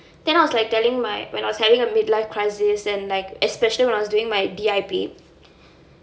then I was telling my I was having a mid life crisis and like especially when I was doing my D_I_P